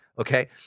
okay